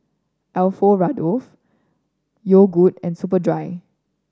Alfio Raldo Yogood and Superdry